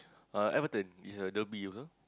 uh Everton is at Dhoby you know